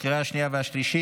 התקבלה בקריאה השנייה והשלישית,